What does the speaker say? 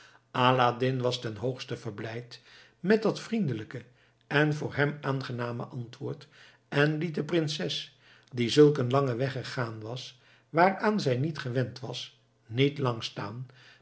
aladdin was ten hoogste verblijd met dat vriendelijke en voor hem aangename antwoord en liet de prinses die zulk een langen weg gegaan was waaraan zij niet gewend was niet lang staan